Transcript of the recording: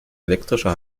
elektrischer